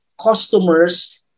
customers